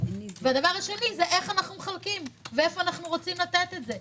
והדבר השני זה איך אנחנו מחלקים ואיפה אנחנו רוצים לתת את זה.